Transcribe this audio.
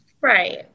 Right